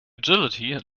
agility